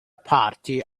party